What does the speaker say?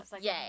Yay